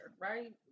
right